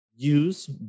use